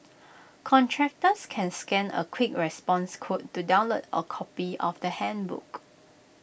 contractors can scan A quick response code to download A copy of the handbook